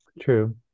true